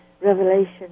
revelation